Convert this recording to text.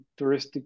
touristic